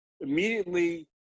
immediately